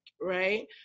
right